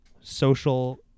social